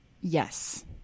yes